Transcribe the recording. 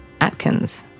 Atkins